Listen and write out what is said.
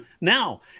now